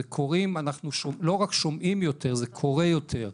אנחנו לא רק שומעים יותר, זה קורה יותר.